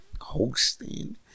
hosting